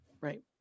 right